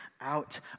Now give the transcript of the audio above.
out